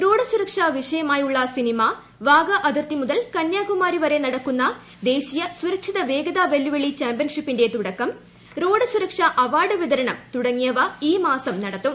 road സൂരക്ഷ വിഷയമായുള്ളം cinema Wagah അതിർത്തി മുതൽ കന്യാകുമാരി വരെ പ്രന്ടക്കുന്ന ദേശീയ സുരക്ഷിത വേഗതാ വെല്ലുവിളി ചാമ്പ്യൻഷിപ്പിന്റെ തുടക്കം റോഡ് സുരക്ഷാ അവാർഡ് വിതരണം തുടങ്ങിയുവ ഈ മാസം നടത്തും